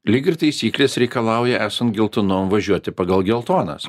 lyg ir taisyklės reikalauja esant geltonom važiuoti pagal geltonas